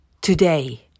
today